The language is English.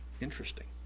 Interesting